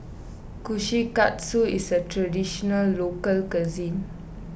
Kushikatsu is a Traditional Local Cuisine